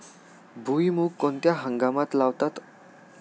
भुईमूग कोणत्या हंगामात लावतात?